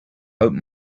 hope